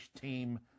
team